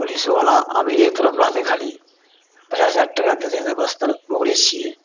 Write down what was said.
पुलिसोवला अमीरेके तरफ रहतय खाली पचास हजार टाका देतय तऽ बस तब ओकरे छियै